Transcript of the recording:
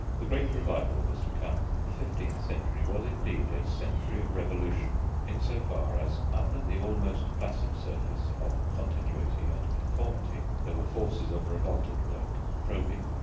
the great revival was to come. the fifteenth century was indeed a century of revolution in so far as under the almost placid surface of continuity and conformity, there were forces of revolt at work, probing,